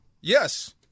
Yes